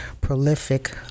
prolific